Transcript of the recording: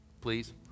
Please